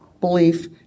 belief